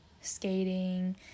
skating